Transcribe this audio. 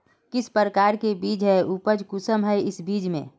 किस प्रकार के बीज है उपज कुंसम है इस बीज में?